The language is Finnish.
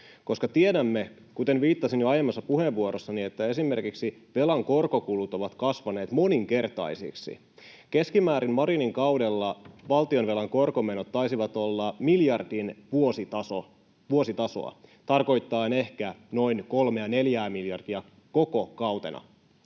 koska tiedämme, kuten viittasin jo aiemmassa puheenvuorossani, että esimerkiksi velan korkokulut ovat kasvaneet moninkertaisiksi. Keskimäärin Marinin kaudella valtionvelan korkomenot taisivat olla miljardin vuositasoa, tarkoittaen ehkä noin kolmea neljää miljardia koko kautena,